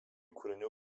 kūrinių